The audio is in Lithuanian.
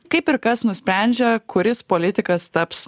kaip ir kas nusprendžia kuris politikas taps